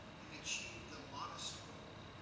and achieve the modest goal,